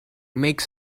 makes